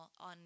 on